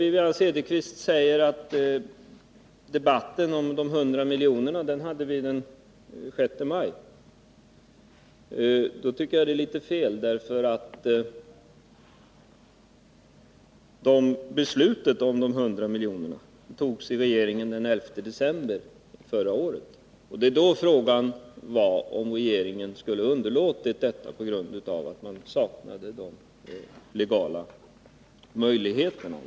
Wivi-Anne Cederqvist säger att debatten om de 100 miljonerna hade vi den 6 maj. Det tycker jag är ett felaktigt påstående. Beslutet om de 100 miljonerna togs av regeringen den 11 december förra året, och frågan var om regeringen skulle ha underlåtit att föreslå att NCB fick detta lånekapital, därför att den saknade de legala möjligheterna.